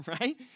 right